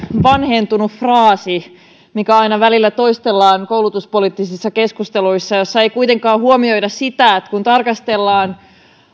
vanhentunut fraasi mitä aina välillä toistellaan koulutuspoliittisissa keskusteluissa ja missä ei kuitenkaan huomioida sitä että kun tarkastellaan